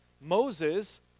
Moses